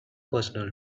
personal